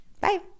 Bye